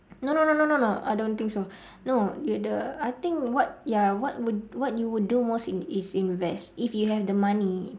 no no no no no I don't think so no did the I think what ya what would what you would do most in~ is invest if you have the money